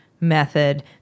method